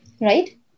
Right